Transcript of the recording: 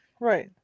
Right